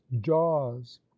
jaws